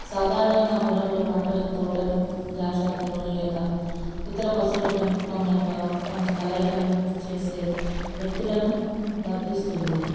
సాధారణంగా పొలంలో పంటల తోటలు ద్రాక్ష తోటలు లేదా ఇతర పశువుల పెంపకం యొక్క కొంత కలయికను చేసే వ్యక్తులను వర్తిస్తుంది